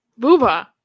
Booba